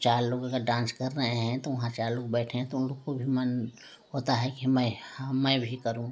तो चार लोग अगर डांस कर रहे हैं तो वहाँ चार लोग बैठे हैं तो उन लोग को भी मन होता है कि मैं हाँ मैं भी करूँ